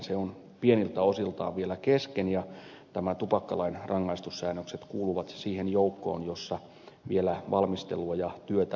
se on pieniltä osiltaan vielä kesken ja nämä tupakkalain rangaistussäännökset kuuluvat siihen joukkoon jossa vielä valmistelua ja työtä tarvitaan